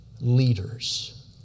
leaders